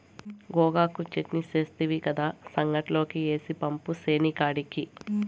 గోగాకు చెట్నీ సేస్తివి కదా, సంగట్లోకి ఏసి పంపు సేనికాడికి